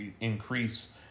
increase